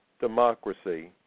democracy